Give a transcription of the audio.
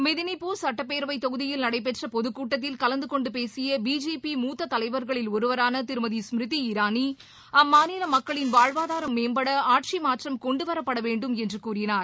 மெதினிபூர் சட்டப்பேரவை தொகுதியில் நடைபெற்ற பொதுக் கூட்டத்தில் கலந்து கொண்டு பேசிய பிஜேபி மூத்த தலைவர்களில் ஒருவரான திருமதி ஸ்மிருதி ராணி அம்மாநில மக்களின் வாழ்வாதாரம் மேம்பட ஆட்சி மாற்றம் கொண்டு வரப்பட வேண்டும் என்று கூறினார்